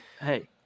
hey